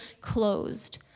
closed